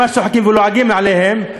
ממש צוחקים ולועגים להם,